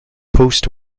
post